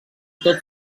tot